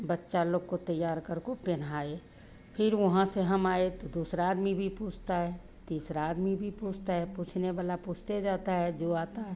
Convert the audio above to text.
बच्चा लोग को तैयार करको पहनाए फिर वहाँ से हम आए तो दूसरा आदमी भी पूछता है तीसरा आदमी भी पूछता है पूछने वाला पूछते जाता है जो आता है